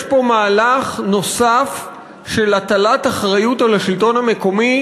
יש פה מהלך נוסף של הטלת אחריות על השלטון המקומי